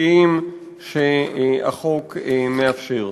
התשתיתיים שהחוק מאפשר.